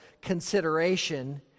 consideration